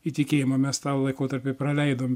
į tikėjimą mes tą laikotarpį praleidom